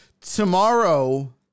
tomorrow